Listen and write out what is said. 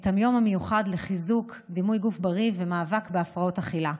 את היום המיוחד לחיזוק דימוי גוף בריא ולמאבק בהפרעות אכילה.